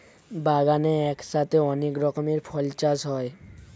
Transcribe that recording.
বাগানে একসাথে অনেক রকমের ফল চাষ হয়